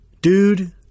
dude